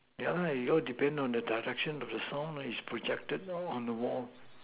yeah lah it all depends on the Direction of the song loh is projected onto the wall